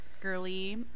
girly